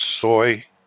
soy